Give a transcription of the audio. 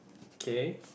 K